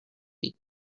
week